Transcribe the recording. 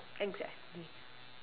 exactly